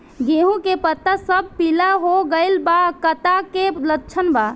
गेहूं के पता सब पीला हो गइल बा कट्ठा के लक्षण बा?